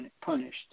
punished